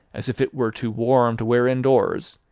as if it were too warm to wear indoors,